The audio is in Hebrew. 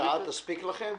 שעה תספיק לכם?